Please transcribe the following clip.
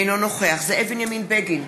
אינו נוכח זאב בנימין בגין,